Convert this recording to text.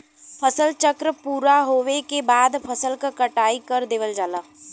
फसल चक्र पूरा होवे के बाद फसल क कटाई कर देवल जाला